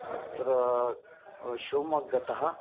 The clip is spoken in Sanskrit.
अत्र शिव्मोग्गतः